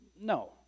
No